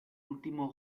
último